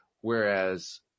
Whereas